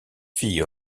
fille